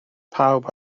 pawb